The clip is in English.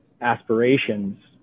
aspirations